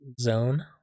zone